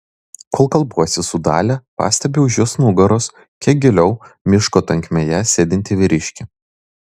kol kalbuosi su dalia pastebiu už jos nugaros kiek giliau miško tankmėje sėdintį vyriškį